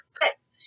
expect